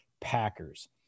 Packers